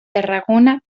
tarragona